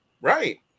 Right